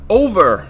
over